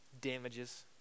damages